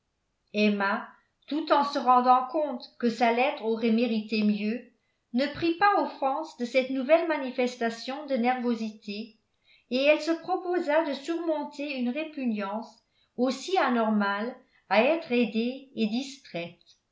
emma tout en se rendant compte que sa lettre aurait mérité mieux ne prit pas offense de cette nouvelle manifestation de nervosité et elle se proposa de surmonter une répugnance aussi anormale à être aidée et distraite